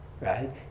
right